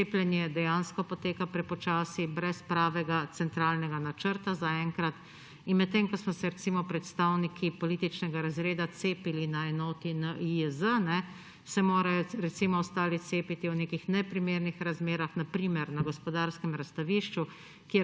Cepljenje dejansko poteka prepočasi, zaenkrat brez pravega centralnega načrta. Medtem ko smo se, recimo, predstavniki političnega razreda cepili na enoti NIJZ, se morajo recimo ostali cepiti v nekih neprimernih razmerah, na primer na Gospodarskem razstavišču,